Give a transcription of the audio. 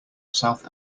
south